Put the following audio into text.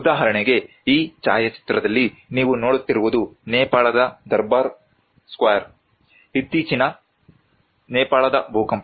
ಉದಾಹರಣೆಗೆ ಈ ಛಾಯಾಚಿತ್ರದಲ್ಲಿ ನೀವು ನೋಡುತ್ತಿರುವುದು ನೇಪಾಳದ ದರ್ಬಾರ್ ಸ್ಕ್ವೇರ್ ಇತ್ತೀಚಿನ ನೇಪಾಳದ ಭೂಕಂಪ